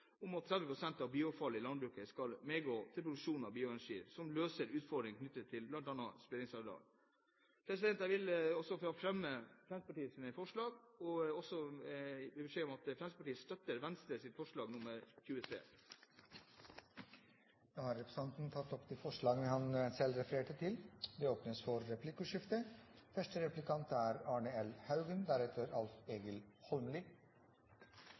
om at 30 pst. av bioavfallet i landbruket skal medgå til produksjon av bioenergi, som løser utfordringer bl.a. knyttet til spredningsareal. Jeg vil også fremme Fremskrittspartiets forslag og gi beskjed om at Fremskrittspartiet støtter Venstres forslag nr. 23. Representanten Torgeir Trældal har tatt opp forslagene han refererte til. Det blir replikkordskifte.